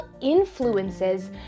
influences